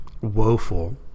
woeful